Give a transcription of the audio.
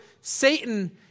Satan